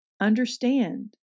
Understand